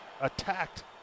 attacked